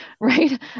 Right